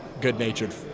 good-natured